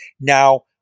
now